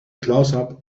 closeup